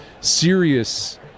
serious